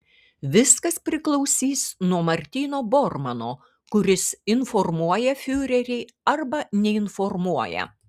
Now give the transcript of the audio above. viskas priklausys nuo martyno bormano kuris informuoja fiurerį arba neinformuoja